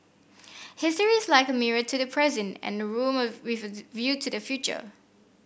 history is like a mirror to the present and a room of with view to the future